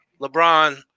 LeBron